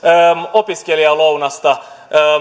opiskelijalounasta